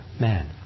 man